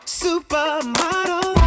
supermodel